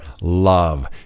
love